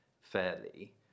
fairly